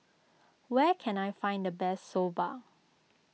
where can I find the best Soba